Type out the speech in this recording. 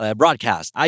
broadcast